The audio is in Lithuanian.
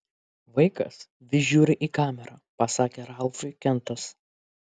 vaikas vis žiūri į kamerą pasakė ralfui kentas